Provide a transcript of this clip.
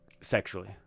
sexually